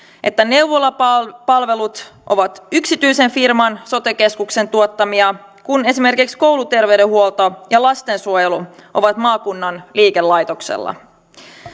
että neuvolapalvelut ovat yksityisen firman sote keskuksen tuottamia kun esimerkiksi kouluterveydenhuolto ja lastensuojelu ovat maakunnan liikelaitoksella